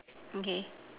okay